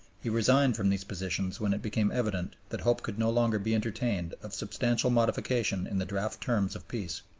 he resigned from these positions when it became evident that hope could no longer be entertained of substantial modification in the draft terms of peace.